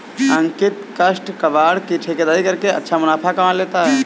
अंकित काष्ठ कबाड़ की ठेकेदारी करके अच्छा मुनाफा कमा लेता है